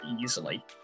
easily